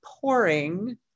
pouring